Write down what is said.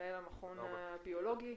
מנהל המכון הביולוגי,